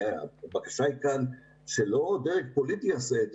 הרי הבקשה היא כאן שלא דרג פוליטי יעשה את